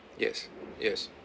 yes yes